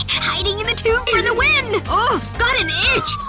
hiding in the tube for the win! oof. got an itch.